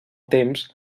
temps